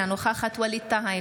אינה נוכחת ווליד טאהא,